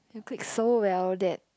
click so well that